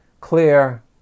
clear